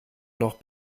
noch